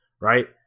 right